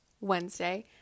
Wednesday